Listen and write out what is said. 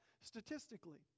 statistically